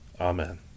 amen